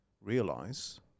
realize